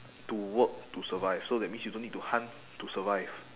to work to survive so that means you don't need to hunt to survive